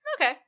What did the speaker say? Okay